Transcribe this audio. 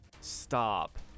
Stop